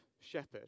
shepherd